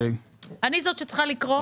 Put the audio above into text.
אני זאת שצריכה לקרוא.